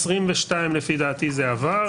ב-22' לפי דעתי זה עבר.